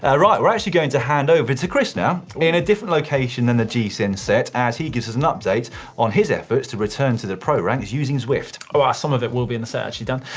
ah right, we're actually going to hand over to chris now, in a different location than the gcn set, as he gives us an update on his efforts to return the pro ranks using zwift. well, ah some of it will be in the set actually dan.